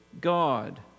God